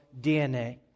DNA